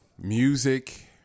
Music